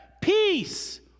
peace